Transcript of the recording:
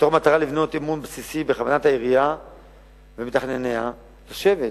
מתוך מטרה לבנות אמון בסיסי בכוונת העירייה ומתכנניה לשבת,